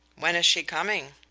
when is she coming?